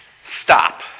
Stop